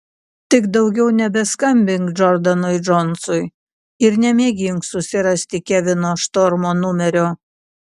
tik daugiau nebeskambink džordanui džonsui ir nemėgink susirasti kevino štormo numerio